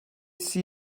see